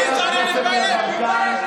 לא מדברים ככה על מפלגה במדינת ישראל.